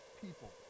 people